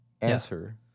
answer